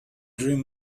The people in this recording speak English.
dream